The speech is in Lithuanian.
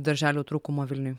darželių trūkumo vilniuj